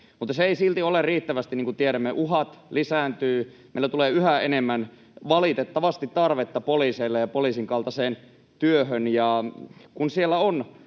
Mutta se ei silti ole riittävästi, niin kuin tiedämme. Uhat lisääntyvät. Meillä tulee, valitettavasti, yhä enemmän tarvetta poliiseille ja poliisin kaltaiseen työhön.